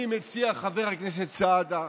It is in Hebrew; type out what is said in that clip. אני מציע, חבר הכנסת סעדה,